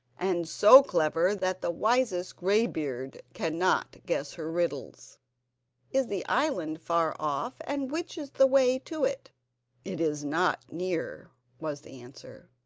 and so clever that the wisest greybeard cannot guess her riddles is the island far off, and which is the way to it it is not near was the answer.